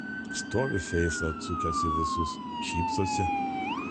stovi feisą atsukęs į visus šypsosi